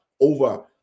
over